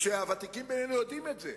הוותיקים בינינו יודעים את זה,